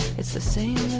it's the same.